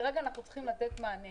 כרגע אנחנו צריכים לתת מענה.